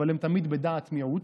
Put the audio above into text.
אבל הם תמיד בדעת מיעוט,